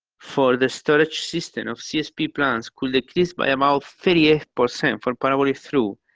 for the storage system of csp plants could decrease by about thirty eight percent for parabolic through,